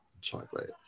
chocolate